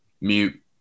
mute